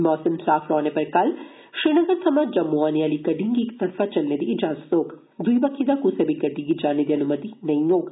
मौसम साफ रौहने पर कल श्रीनगर थमां जम्म् औने आलियें गड़डियें गी इक तरफा चलने दी इजाजत होग दूई बक्खी दा कुसै बी गड्डी गी जाने दी अन्मति नेंई होग